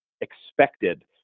expected